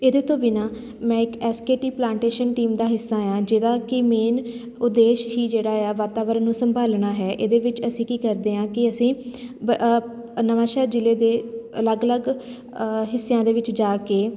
ਇਹਦੇ ਤੋਂ ਬਿਨਾਂ ਮੈਂ ਇੱਕ ਐਸਕੇਟੀ ਪਲਾਂਟੇਸ਼ਨ ਟੀਮ ਦਾ ਹਿੱਸਾ ਹਾਂ ਜਿਹਦਾ ਕਿ ਮੇਨ ਉਦੇਸ਼ ਹੀ ਜਿਹੜਾ ਆ ਵਾਤਾਵਰਨ ਨੂੰ ਸੰਭਾਲਣਾ ਹੈ ਇਹਦੇ ਵਿੱਚ ਅਸੀਂ ਕੀ ਕਰਦੇ ਹਾਂ ਕਿ ਅਸੀਂ ਬ ਅ ਨਵਾਂਸ਼ਹਿਰ ਜ਼ਿਲ੍ਹੇ ਦੇ ਅਲੱਗ ਅਲੱਗ ਹਿੱਸਿਆਂ ਦੇ ਵਿੱਚ ਜਾ ਕੇ